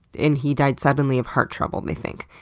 and he died suddenly of heart trouble, they think.